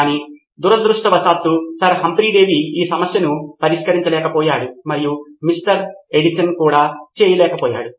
కానీ దురదృష్టవశాత్తు sir Humphry Davy ఈ సమస్యను పరిష్కరించలేకపోయాడు మరియు మిస్టర్ ఎడిసన్ కూడా చేయలేకపోయాడు